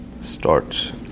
start